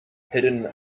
hidden